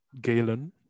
Galen